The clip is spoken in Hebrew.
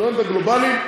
בפתרונות הגלובליים,